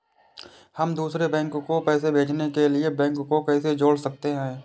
हम दूसरे बैंक को पैसे भेजने के लिए बैंक को कैसे जोड़ सकते हैं?